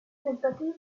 tentativi